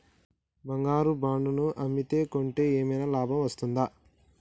బంగారు బాండు ను అమ్మితే కొంటే ఏమైనా లాభం వస్తదా?